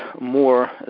more